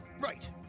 right